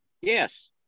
Yes